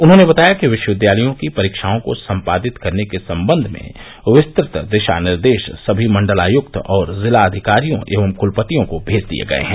उन्होंने बताया कि विश्वविद्यालयों की परीक्षाओं को संपादित करने के संबंध में विस्तृत दिशा निर्देश सभी मंडलायक्त और जिला अधिकारियों एवं क्लपतियों को भेज दिए गए हैं